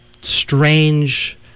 strange